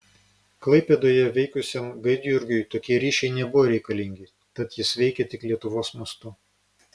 klaipėdoje veikusiam gaidjurgiui tokie ryšiai nebuvo reikalingi tad jis veikė tik lietuvos mastu